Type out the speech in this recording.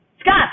Scott